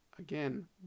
Again